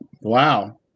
wow